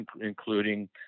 including